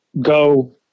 go